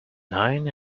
nine